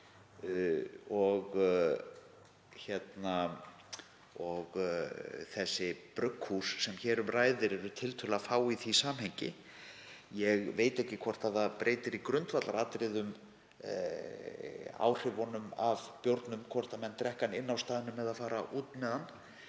Þau brugghús sem hér um ræðir eru tiltölulega fá í því samhengi. Ég veit ekki hvort það breytir í grundvallaratriðum áhrifunum af bjórnum hvort menn drekka hann inni á staðnum eða fara út með